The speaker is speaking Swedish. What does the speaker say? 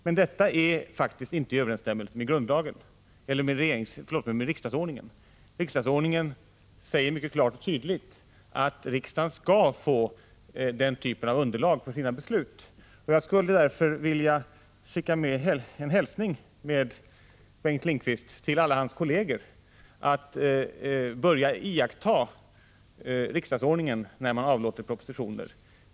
Men det är faktiskt inte i överensstämmelse med riksdagsordningen. I riksdagsordningen sägs det mycket klart och tydligt att riksdagen skall få denna typ av underlag för sina beslut. Jag skulle därför vilja skicka en hälsning med Bengt Lindqvist till alla hans kolleger att de börjar iaktta riksdagsordningen när det handlar om att överlämna propositioner till riksdagen.